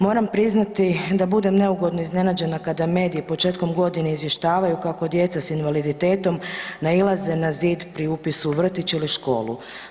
Moram priznati da budem neugodno iznenađena kada mediji početkom godine izvještavaju kako djeca s invaliditetom nailaze na zid pri upisu u vrtić ili školu.